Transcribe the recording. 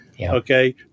Okay